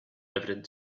evident